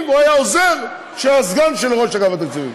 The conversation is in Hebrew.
והוא היה עוזר של הסגן של ראש אגף התקציבים.